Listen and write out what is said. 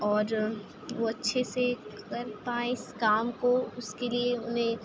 اور وہ اچّھے سے کر پائیں اس کام کو اس کے لیے انہیں